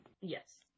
Yes